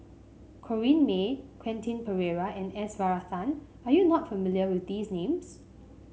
Corrinne May Quentin Pereira and S Varathan are you not familiar with these names